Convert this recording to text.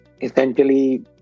essentially